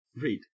Read